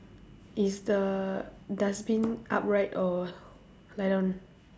is the dustbin upright or lie down